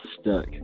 stuck